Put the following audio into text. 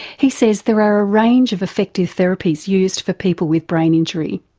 he says there are a range of effective therapies used for people with brain injury.